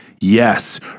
Yes